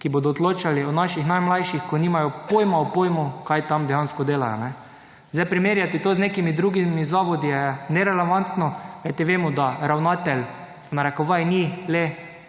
ki bodo odločali o naših najmlajših, ko nimajo pojma o pojmu kaj tam dejansko delajo. Zdaj, primerjati to z nekimi drugimi zavodi je nerelevantno, kajti vemo, da ravnatelj, v narekovajih, ni le